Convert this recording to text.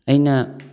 ꯑꯩꯅ